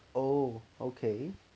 oh okay